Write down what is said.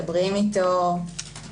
מדברים איתו.